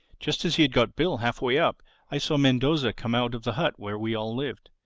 just as he had got bill halfway up i saw mendoza come out of the hut where we all lived.